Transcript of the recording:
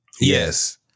Yes